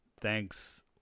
Thanks